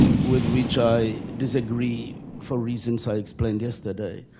with which i disagree for reasons i explained yesterday,